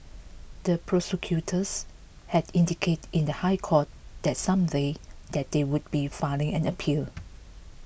the prosecutors had indicated in the High Court that same day that they would be filing an appeal